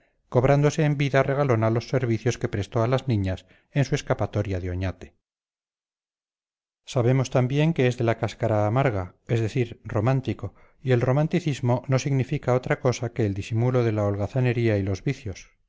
cobrándose en vida regalona los servicios que prestó a las niñas en su escapatoria de oñate sabemos también que es de la cáscara amarga es decir romántico y el romanticismo no significa otra cosa que el disimulo de la holgazanería y los vicios